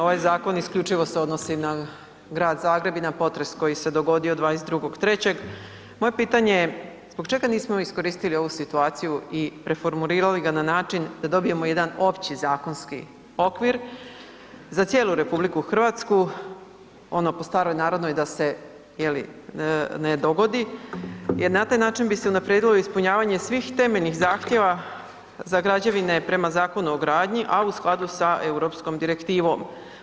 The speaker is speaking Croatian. Ovaj zakon isključivo se odnosi na Grad Zagreb i na potres koji se dogodio 22.3., moje pitanje je zbog čega nismo iskoristili ovu situaciju i preformulirali ga na način da dobijemo jedan opći zakonski okvir za cijelu RH, ono po staroj narodnoj da se ne dogodi jer na taj način bi se unaprijedilo ispunjavanje svih temeljnih zahtjeva za građevine prema Zakonu o gradnji, a u skladu sa europskom direktivom?